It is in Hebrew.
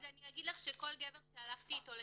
אז אני אגיד לך שכל גבר שהלכתי איתו לתרגום,